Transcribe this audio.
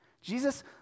Jesus